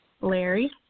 Larry